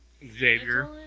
Xavier